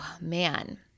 man